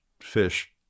fish